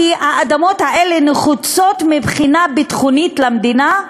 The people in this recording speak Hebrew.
האדמות האלה נחוצות מבחינה ביטחונית למדינה,